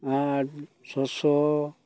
ᱟᱨ ᱥᱚᱥᱚ